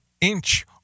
inch